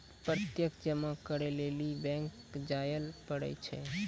प्रत्यक्ष जमा करै लेली बैंक जायल पड़ै छै